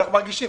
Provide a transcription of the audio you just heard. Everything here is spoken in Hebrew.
אנחנו מרגישים.